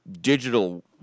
digital